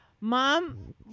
mom